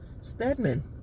Stedman